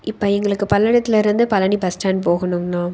இப்போ எங்களுக்கு பல்லடத்தில் இருந்து பழனி பஸ் ஸ்டாண்ட் போகணும்ங்கண்ணா